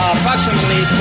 Approximately